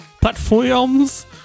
Platforms